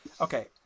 Okay